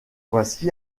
voici